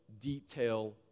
detail